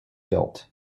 built